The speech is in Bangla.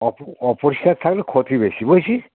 অপ অপরিষ্কার থাকলে ক্ষতি বেশি বলছি